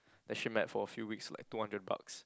that she met for a few weeks like two hundred bucks